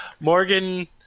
morgan